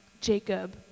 Jacob